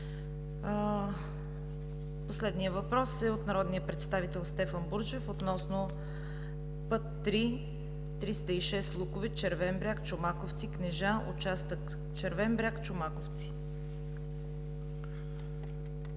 Последният въпрос е от народния представител Стефан Бурджев относно път III-306 Луковит – Червен бряг – Чомаковци – Кнежа, участък „Червен бряг – Чомаковци“.